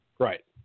Right